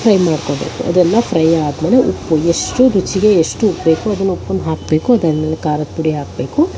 fry ಮಾಡ್ಕೋಬೇಕು ಅದೆಲ್ಲ fry ಆದಮೇಲೆ ಉಪ್ಪು ಎಷ್ಟು ರುಚಿಗೆ ಎಷ್ಟು ಉಪ್ಪು ಬೇಕೋ ಅದನ್ನ ಉಪ್ಪನ್ನ ಹಾಕಬೇಕು ಅದಾದಮೇಲೆ ಖಾರದ ಪುಡಿ ಹಾಕಬೇಕು